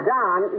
Don